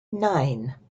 nine